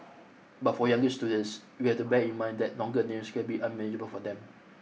but for younger students we have to bear in mind that longer names can be unmanageable for them